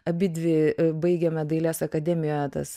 abidvi baigėme dailės akademiją tas